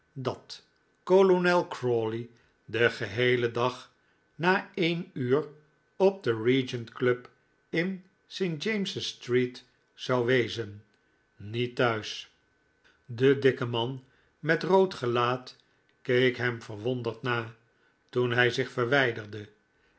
dat kolonel crawley den geheelen dag na een uur op de regent club in st james's street zou wezen niet thuis de dikke man met rood gelaat keek hem verwonderd na toen hij zich verwijderde